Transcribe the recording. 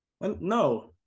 No